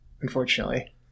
Unfortunately